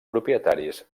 propietaris